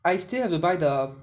I still have to buy the